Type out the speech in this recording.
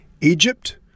Egypt